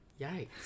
Yikes